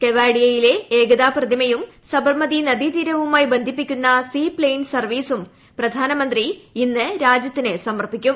കെവാഡിയയിലെ ഏകതാ പ്രതിമയും സബർമതി നദീതീരവുമായി ബന്ധിപ്പിക്കുന്ന സീ പ്ലെയിൻ സർവ്വീസും പ്രധാനമന്ത്രി ഇന്ന് രാജൃത്തിന് സമർപ്പിക്കും